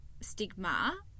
stigma